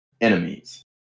enemies